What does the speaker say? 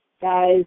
guys